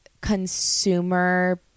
consumer